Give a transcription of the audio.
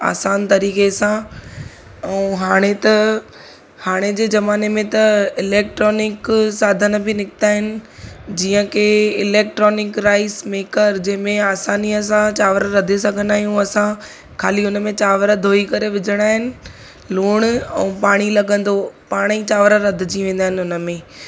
आसान तरीके सां ऐं हाणे त हाणे जे जमाने में त इलेक्ट्रॉनिक साधन बि निकिता आहिनि जीअं की इलेक्ट्रॉनिक राइस मेकर जंहिंमें आसानीअ सां चांवर रधे सघंदा आहियूं असां खाली हुनमें चांवर धोई करे विझिणा आहिनि लुणु ऐं पाणी लॻंदो पाणे ई चांवरु रधिजी वेंदा आहिनि हुनमें